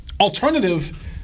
alternative